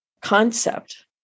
concept